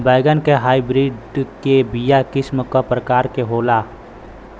बैगन के हाइब्रिड के बीया किस्म क प्रकार के होला?